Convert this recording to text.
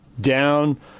Down